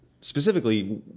specifically